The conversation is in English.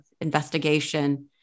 investigation